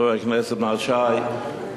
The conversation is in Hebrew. חבר הכנסת מר שי,